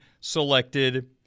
selected